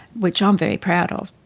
which i'm very proud of.